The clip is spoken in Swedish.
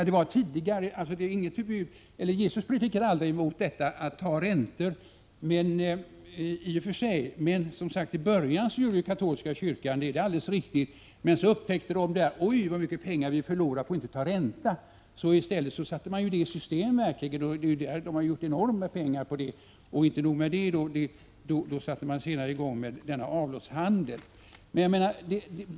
Herr talman! Jesus predikade i och för sig aldrig mot att ta räntor. I början gjorde katolska kyrkan det — det är alldeles riktigt. Men så upptäckte man att man förlorade mycket pengar på att inte ta ränta. Då satte man det i stället i system. Man har gjort enorma pengar på det. Men inte nog med det. Då satte man senare i gång med avlatshandel.